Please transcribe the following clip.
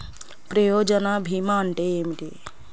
ప్రయోజన భీమా అంటే ఏమిటి?